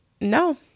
no